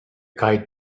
kite